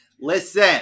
listen